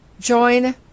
Join